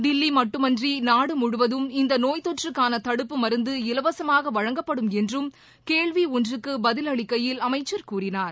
தில்லிமட்டுமன்றிநாடுமுழுவதம் இந்தநோய் தொற்றுக்கானதடுப்பு மருந்து இலவசமாகவழங்கப்படும் என்றும் கேள்விஒன்றுக்குபதிலளிக்கையில் அமைச்சர் கூறினார்